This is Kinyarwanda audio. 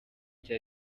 cya